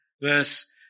verse